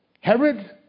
Herod